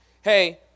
Hey